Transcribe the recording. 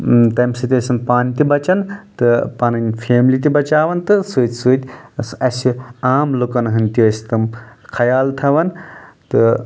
تمہِ سۭتۍ ٲسۍ تم پانہٕ تہِ بچان تہٕ پنٕنی فیملی تہِ بچاوان تہٕ سۭتۍ سۭتۍ اسہِ عام لُکن ہنٛد تہِ ٲسۍ تِم خیال تھوان تہٕ